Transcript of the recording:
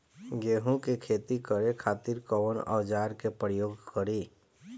गेहूं के खेती करे खातिर कवन औजार के प्रयोग करी?